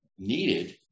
needed